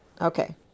Okay